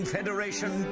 Federation